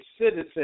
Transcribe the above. citizen